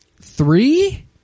Three